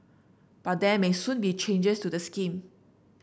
but there may soon be changes to the scheme